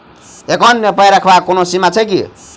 Account मे पाई रखबाक कोनो सीमा छैक की?